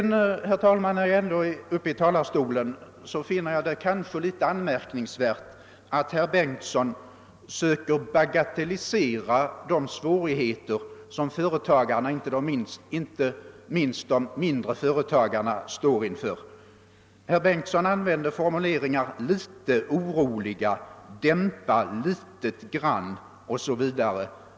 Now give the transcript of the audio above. När jag ändå är uppe i talarstolen vill jag säga, att jag finner det anmärkningsvärt att herr Bengtsson bagatelliserar de svårigheter företagarna, inte minst de mindre företagarna, står inför. Herr Bengtsson använde formuleringar som »litet oroliga« och »dämpa litet grand».